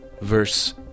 Verse